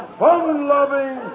fun-loving